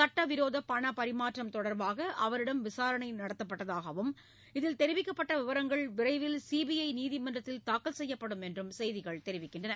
சுட்டவிரோத பணப் பரிமாற்றம் தொடர்பாக அவரிடம் விசாரணை நடத்தப்பட்டதாகவும் இதில் தெரிவிக்கப்பட்ட விவரங்கள் விரைவில் சிபிஐ நீதிமன்றத்தில் தாக்கல் செய்யப்படும் என்றும் செய்திகள் தெரிவிக்கின்றன